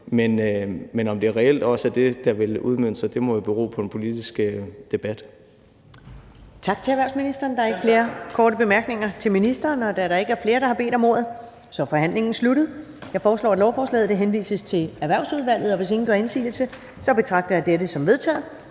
men om det reelt også er det, der ville udmønte sig, må jo bero på en politisk debat. Kl. 15:54 Første næstformand (Karen Ellemann): Tak til erhvervsministeren. Der er ikke flere korte bemærkninger til ministeren. Da der ikke er flere, der har bedt om ordet, er forhandlingen sluttet. Jeg foreslår, at lovforslaget henvises til Erhvervsudvalget. Hvis ingen gør indsigelse, betragter jeg dette som vedtaget.